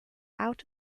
out